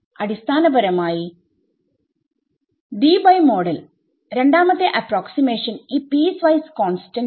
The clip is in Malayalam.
അടിസ്ഥാനപരമായി ഡീബൈ മോഡൽ രണ്ടാമത്തെ അപ്രോക്സിമേഷൻ ഈ പീസ് വൈസ് കോൺസ്റ്റന്റും